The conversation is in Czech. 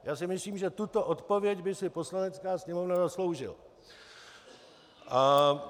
Já myslím, že tuto odpověď by si Poslanecká sněmovna zasloužila.